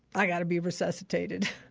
i got to be resuscitated.